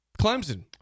Clemson